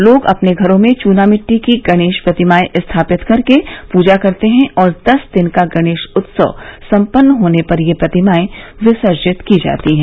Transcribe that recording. लोग अपने घरों में चूनामिट्टी की गणेश प्रतिमाएं स्थापित करके पूजा करते हैं और दस दिन का गणेश उत्सव सम्पन्न होने पर ये प्रतिमाएं विसर्जित की जाती हैं